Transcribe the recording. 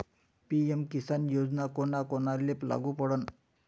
PM Kisan योजना कोना कोनाले लागू पडन?